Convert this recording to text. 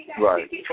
Right